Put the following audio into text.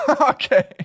Okay